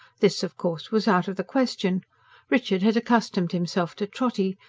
this, of course, was out of the question richard had accustomed himself to trotty,